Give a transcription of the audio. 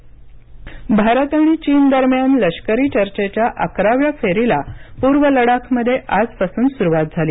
भारत आणि चीन भारत आणि चीन दरम्यान लष्करी चर्चेच्या अकराव्या फेरीला पूर्व लडाखमध्ये आजपासून सुरुवात झाली